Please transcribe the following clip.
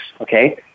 okay